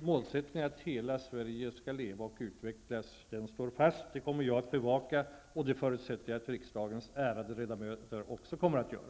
målsättningen att hela Sverige skall leva och utvecklas står fast. Det kommer jag att bevaka, och det förutsätter jag att riksdagens ärade ledamöter också kommer att göra.